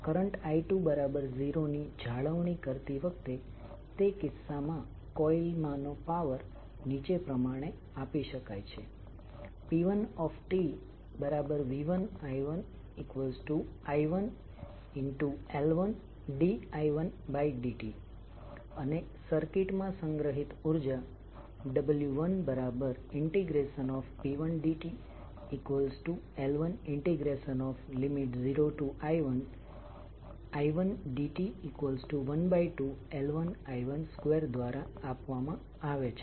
current i20 ની જાળવણી કરતી વખતે તે કિસ્સામાં કોઇલ માનો પાવર નીચે પ્રમાણે આપી શકાય છે p1tv1i1i1L1di1dt અને સર્કિટ માં સંગ્રહિત ઉર્જા w1p1dtL10I1i1dt12L1I12 દ્વારા આપવામાં આવે છે